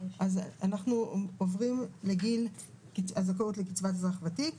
אז אנחנו עוברים לגיל הזכאות לקצבת אזרח ותיק.